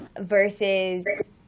versus